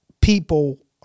people